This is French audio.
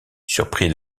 surpris